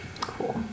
Cool